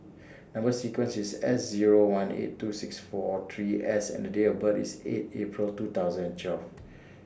Number sequence IS S Zero one eight two six four three S and The Date of birth IS eight April two thousand and twelve